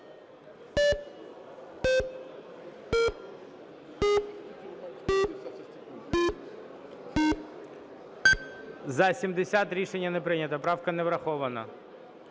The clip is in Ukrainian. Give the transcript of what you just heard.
За-70 Рішення не прийнято, правка не врахована.